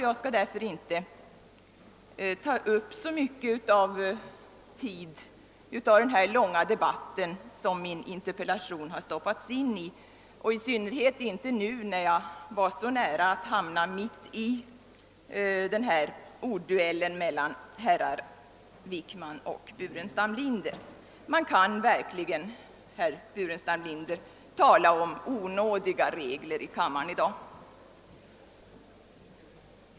Jag skall därför inte ta upp så mycket tid i denna långa debatt som min interpellation har stoppats in i, i synnerhet inte när jag nu var så nära att hamna mitt i ordduellen mellan herrar Wickman och Burenstam Linder. Man kan verkligen som herr Burenstam Linder tala om onådiga regler i kammaren i dag.